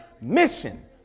mission